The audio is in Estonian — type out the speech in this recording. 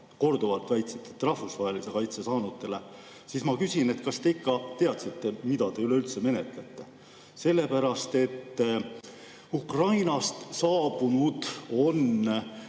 korduvalt väitsite, et rahvusvahelise kaitse saanutele –, aga ma küsin, kas te ikka teadsite, mida te üleüldse menetlete. Sellepärast et Ukrainast saabunutest